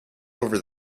over